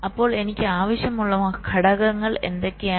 അപ്പോൾ എനിക്ക് ആവശ്യമുള്ള ഘടകങ്ങൾ എന്തൊക്കെയാണ്